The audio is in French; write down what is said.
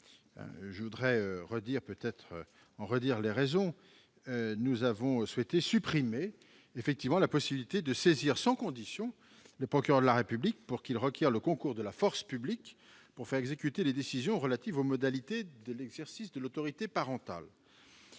n° 221. En effet, nous avons souhaité supprimer la possibilité de saisir sans condition le procureur de la République pour qu'il requière le concours de la force publique afin de faire exécuter les décisions relatives aux modalités d'exercice de l'autorité parentale.